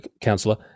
councillor